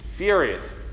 furious